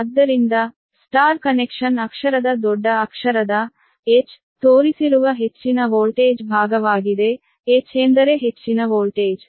ಆದ್ದರಿಂದ star connection ಅಕ್ಷರದ ದೊಡ್ಡ ಅಕ್ಷರದ H ತೋರಿಸಿರುವ ಹೆಚ್ಚಿನ ವೋಲ್ಟೇಜ್ ಭಾಗವಾಗಿದೆ H ಎಂದರೆ ಹೆಚ್ಚಿನ ವೋಲ್ಟೇಜ್